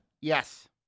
Yes